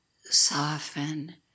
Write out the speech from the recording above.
soften